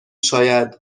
شاید